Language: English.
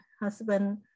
husband